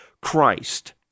Christ